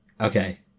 Okay